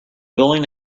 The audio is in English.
building